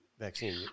vaccine